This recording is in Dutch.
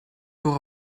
voor